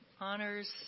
honors